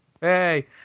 Hey